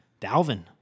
Dalvin